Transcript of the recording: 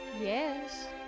Yes